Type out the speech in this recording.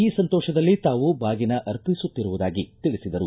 ಈ ಸಂತೋಪದಲ್ಲಿ ತಾವು ಬಾಗಿನ ಅರ್ಪಿಸುತ್ತಿರುವುದಾಗಿ ತಿಳಿಸಿದರು